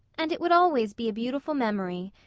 and it would always be a beautiful memory,